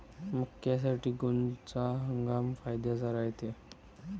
मक्क्यासाठी कोनचा हंगाम फायद्याचा रायते?